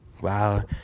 Wow